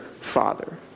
father